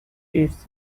its